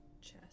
chest